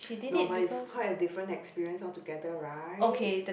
no but is quite a different experience altogether right